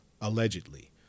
allegedly